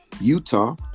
Utah